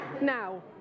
now